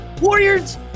Warriors